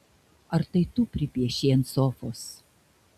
ar tai tu pripiešei ant sofos